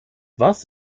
was